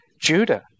Judah